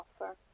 offer